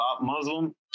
Muslim